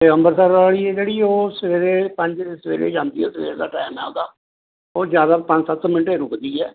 ਅਤੇ ਅੰਬਰਸਰ ਵਾਲੀ ਹੈ ਜਿਹੜੀ ਉਹ ਸਵੇਰੇ ਪੰਜ ਸਵੇਰੇ ਜਾਂਦੀ ਹੈ ਸਵੇਰ ਦਾ ਟਾਈਮ ਹੈ ਉਹਦਾ ਉਹ ਜ਼ਿਆਦਾ ਪੰਜ ਸੱਤ ਮਿੰਟ ਹੀ ਰੁਕਦੀ ਹੈ